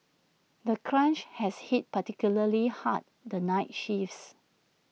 the crunch has hit particularly hard the night shifts